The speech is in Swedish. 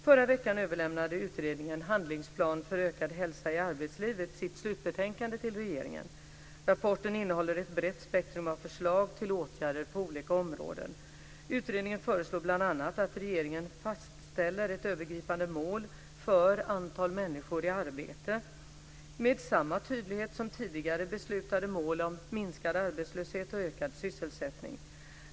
Förra veckan överlämnade Utredningen om handlingsplan för ökad hälsa i arbetslivet sitt slutbetänkande till regeringen. Rapporten innehåller ett brett spektrum av förslag till åtgärder på olika områden. Utredningen föreslår bl.a. att regeringen fastställer ett övergripande mål för "antal människor i arbete" med samma tydlighet som tidigare beslutade mål om minskad arbetslöshet och ökad sysselsättning.